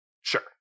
Sure